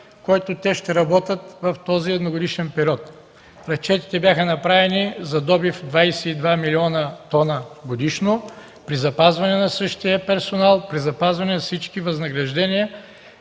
който те ще работят в този едногодишен период. Разчетите бяха направени за добив 22 млн. т годишно при запазване на същия персонал, запазване на всички възнаграждения.